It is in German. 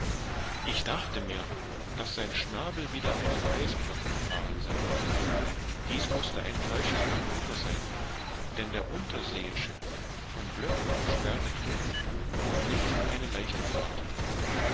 ich dachte mir daß sein schnabel wider einen eisblock gefahren sei dies mußte ein falsches manöver sein denn der unterseeische von blöcken versperrte tunnel bot nicht eine leichte fahrt